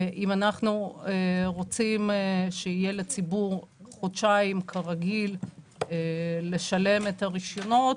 אם אנחנו רוצים שיהיה לציבור חודשיים כרגיל לשלם את הרישיונות,